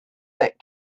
that